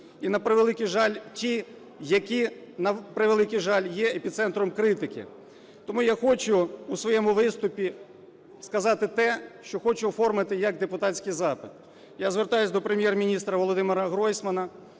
на превеликий жаль, є епіцентром критики. Тому я хочу у своєму виступі сказати те, що хочу оформити як депутатський запит. Я звертаюсь до Прем'єр-міністра Володимира Гройсмана